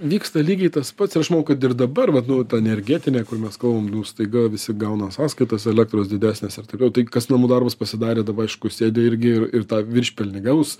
vyksta lygiai tas pats ir aš manau kad ir dabar vat nu ta energetinė kur mes kalbam nu staiga visi gauna sąskaitas elektros didesnes taip toliau tai kas namų darbus pasidarė daba aišku sėdi irgi ir ir tą viršpelnį gaus